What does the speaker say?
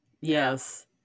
Yes